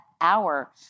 hour